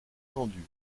tendues